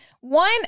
one